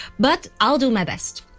but i'll do my best.